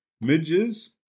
Midges